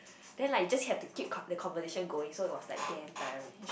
then like just have to keep con~ the conversation going so it was like damn tiring